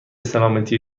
سلامتی